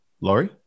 Laurie